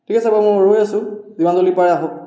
ঠিক আছে বাৰু মই ৰৈ আছোঁ যিমান জলদি পাৰে আহক